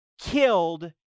killed